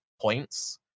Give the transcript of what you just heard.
points